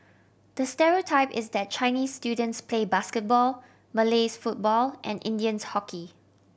the stereotype is that Chinese students play basketball Malays football and Indians hockey